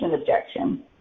objection